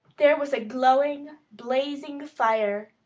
there was a glowing, blazing fire.